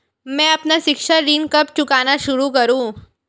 मैं अपना शिक्षा ऋण कब चुकाना शुरू करूँ?